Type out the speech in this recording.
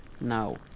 No